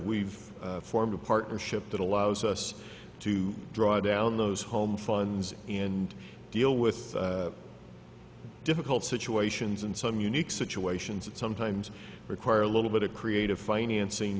we've formed a partnership that allows us to draw down those home funds and deal with difficult situations and some unique situations that sometimes require a little bit of creative financing